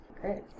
Great